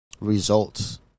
results